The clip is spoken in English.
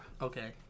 Okay